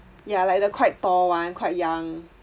ya like the quite tall one quite young